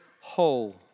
whole